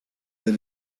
that